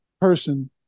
person